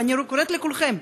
ואני קוראת לכולכם,